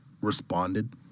responded